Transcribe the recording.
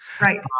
right